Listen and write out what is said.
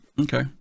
Okay